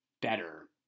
better